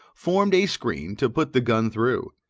formed a screen to put the gun through.